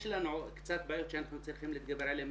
יש לנו קצת בעיות שאנחנו צריכים להתגבר עליהן,